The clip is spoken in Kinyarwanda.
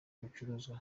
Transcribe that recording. ibicuruzwa